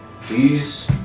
Please